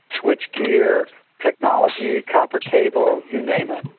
switch gear technology, copper cable, you name it.